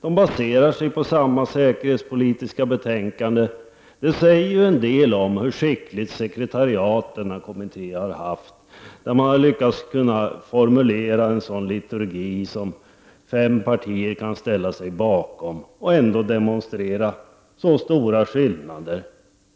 De baseras på samma säkerhetspolitiska betänkande. Det säger en del om hur skickligt sekretariatet i kommittén har varit när man kan formulera en sådan liturgi att fem partier kan ställa sig bakom och ändå demonstrera så stora skillnader.